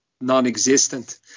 non-existent